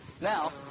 Now